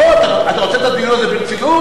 בוא, אתה רוצה לקיים את הדיון הזה ברצינות?